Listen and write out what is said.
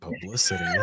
publicity